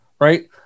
right